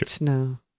no